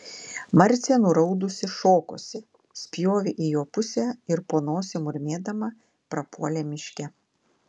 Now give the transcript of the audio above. marcė nuraudusi šokosi spjovė į jo pusę ir po nosim murmėdama prapuolė miške